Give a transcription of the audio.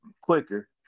quicker